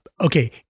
okay